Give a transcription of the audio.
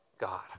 God